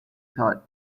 thought